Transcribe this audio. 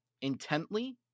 intently